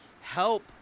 help